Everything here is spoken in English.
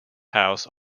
house